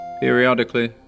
Periodically